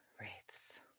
wraiths